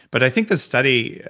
but i think the study,